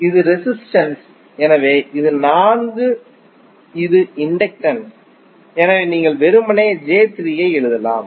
இது ரெசிஸ்டென்ஸ் எனவே இது 4 இது இண்டக்டன்ஸ் எனவே நீங்கள் வெறுமனே j3 ஐ எழுதலாம்